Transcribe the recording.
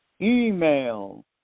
Email